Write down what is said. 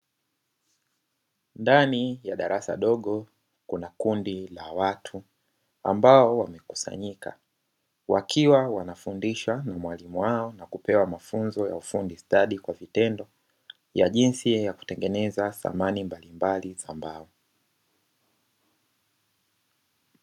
Ndani ya darasa dogo kuna kundi la watu ambao wamekusanyika wakiwa wanafundishwa na mwalimu wao, na kupewa mafunzo ya ufundi stadi kwa vitendo ya jinsi ya kutengeneza samani mbalimbali za mbao.